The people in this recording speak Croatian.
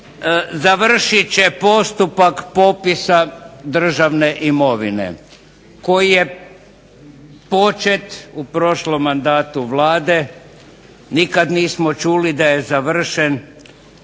završiti će postupak popisa državne imovine, koji je počet u prošlom mandatu Vlade. Nikada nismo čuli da je završen,